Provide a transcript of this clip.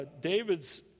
David's